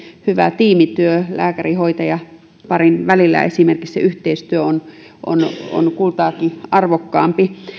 hyvä tiimityö lääkäri hoitaja parin välillä esimerkiksi se yhteistyö on on kultaakin arvokkaampi